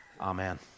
Amen